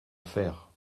faire